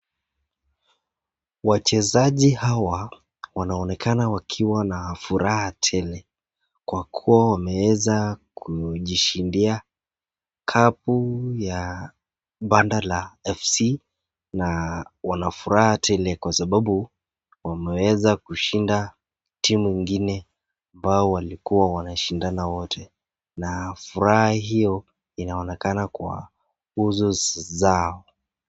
Wachezaji hawa wanaonekana wakiwa na furaha tele, kwa kuwa wameweza kujishindia kapu ya banda la FC na wanafuraha tele kwa sababu wameweza kushinda timu ingine ambao walikua wanashindana wote, na furaha hio inaonekana kwa uso zao.